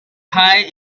pie